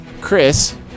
chris